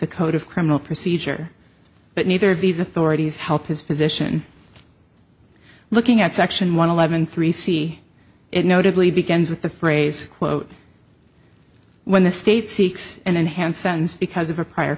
the code of criminal procedure but neither of these authorities help his position looking at section one eleven three see it notably begins with the phrase quote when the state seeks an enhanced sentence because of a prior